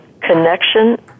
connection